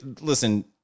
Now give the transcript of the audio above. Listen